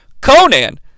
Conan